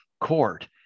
court